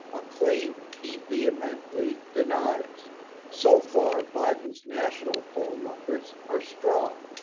a claim he vehemently denies so far, biden's national poll numbers are strong.